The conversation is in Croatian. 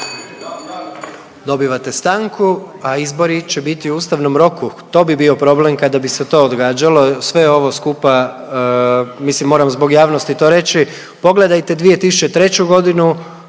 Dobivate stanku, a izbori će biti u ustavnom roku to bi bio problem kada bi se to odgađalo, sve je ovo skupa mislim moram zbog javnosti to reći, pogledajte 2003.g.